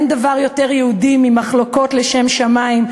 אין דבר יותר יהודי ממחלוקות לשם שמים,